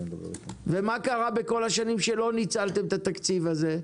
ומה קרה בכל השנים שלא ניצלתם את התקציב הזה?